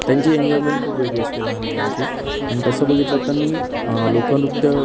त्यांची एन्जॉयमेंट खूप वेगळी असते लहान मुलांची आणि तसं बघितलं तर मी लोकनृत्य